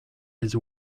his